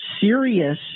serious